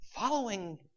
following